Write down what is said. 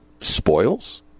spoils